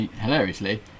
Hilariously